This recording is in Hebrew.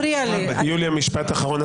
יוליה, משפט אחרון.